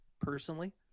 personally